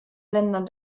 ländern